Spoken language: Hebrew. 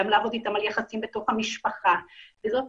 גם לעבוד איתם על יחסים בתוך המשפחה.